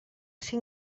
ser